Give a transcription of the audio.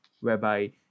whereby